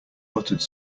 buttered